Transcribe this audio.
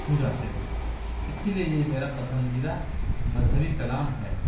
چھو جاتے ہیں اسی لیے یہ میرا پسندیدہ مذہبی کلام ہے